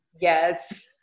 yes